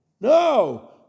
No